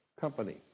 Company